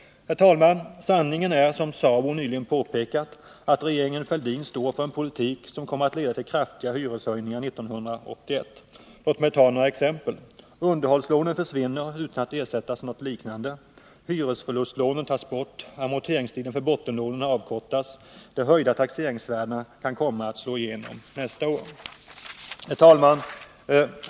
Herr talman! Sanningen är, som SABO nyligen påpekat, att regeringen Fälldin står för en politik som kommer att leda till kraftiga hyreshöjningar 1981. Låt mig ta några exempel. Underhållslånen försvinner utan att ersättas av något liknande. Hyresförlustlånen tas bort. Amorteringstiden för bottenlånen har avkortats. De höjda taxeringsvärdena kan komma att slå igenom nästa år. Herr talman!